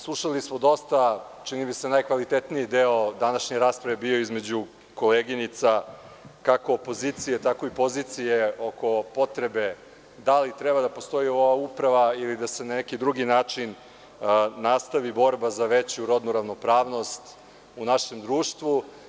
Slušali smo dosta, čini mi se najkvalitetniji deo današnje rasprave bio je između koleginica, kako opozicije, tako i pozicije oko potrebe da li treba da postoji Uprava ili da se na neki drugi način nastavi borba za veću rodnu ravnopravnost u našem društvu.